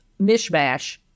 mishmash